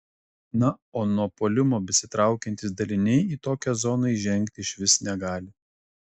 na o nuo puolimo besitraukiantys daliniai į tokią zoną įžengti išvis negali